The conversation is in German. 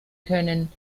können